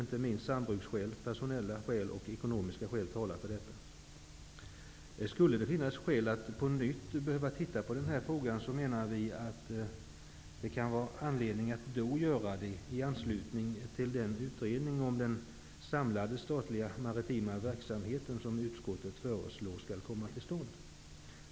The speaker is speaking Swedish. Inte minst sambruksskäl, personella skäl och ekonomiska skäl talar för detta. Om det skulle finnas anledning att på nytt se på denna fråga, anser vi att det kan göras i anslutning till den utredning om den samlade statliga maritima verksamheten som utskottet föreslår skall komma till stånd.